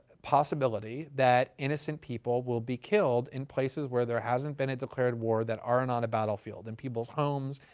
possibility that innocent people will be killed in places where there hasn't been a declared war, that aren't on a battlefield. in people's homes,